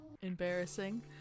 embarrassing